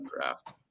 draft